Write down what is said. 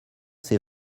ses